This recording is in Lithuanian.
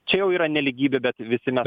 čia jau yra nelygybė bet visi mes